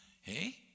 Hey